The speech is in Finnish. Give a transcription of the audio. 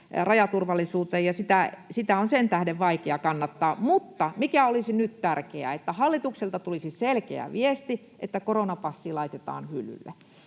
rajaturvallisuuteen, ja sitä on sen tähden vaikea kannattaa. Mutta se, mikä olisi nyt tärkeää, on se, että hallitukselta tulisi selkeä viesti, että koronapassi laitetaan hyllylle.